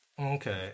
Okay